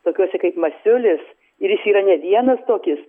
tokiuose kaip masiulis ir jis yra ne vienas tokis